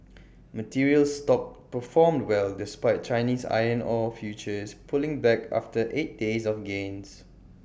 materials stocks performed well despite Chinese iron ore futures pulling back after eight days of gains